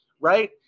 right